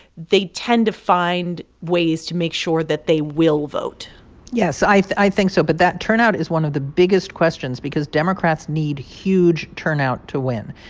they tend to find ways to make sure that they will vote yes, i think so. but that turnout is one of the biggest questions because democrats need huge turnout to win.